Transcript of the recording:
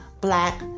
black